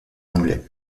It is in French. anglais